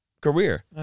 career